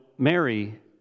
Mary